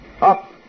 Up